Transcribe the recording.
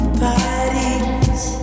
bodies